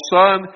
son